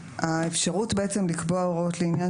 האפשרות בעצם לקבוע הוראות לעניין